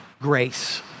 grace